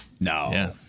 No